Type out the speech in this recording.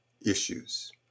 issues